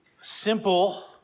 simple